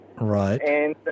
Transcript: Right